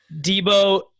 Debo